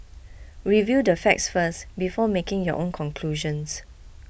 review the facts first before making your own conclusions